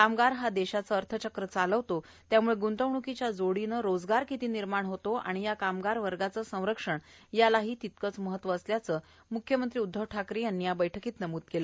कामगार हा देशाचे अर्थचक्र चालवतो त्यामुळे ग्रंतवणुकीच्या जोडीने रोजगार किती निर्माण होतो आणि या कामगार वर्गाचे संरक्षण यालाही तितकेच महत्व आहे असे म्ख्यमंत्री उद्धव ठाकरे म्हणाले